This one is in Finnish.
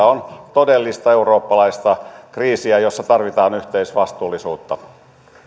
on todellista eurooppalaista kriisiä jossa tarvitaan yhteisvastuullisuutta